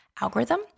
algorithm